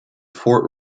fort